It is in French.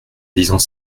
disant